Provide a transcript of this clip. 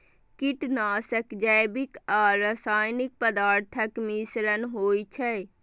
कीटनाशक जैविक आ रासायनिक पदार्थक मिश्रण होइ छै